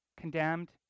condemned